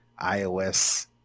iOS